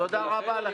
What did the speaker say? תודה רבה לכם.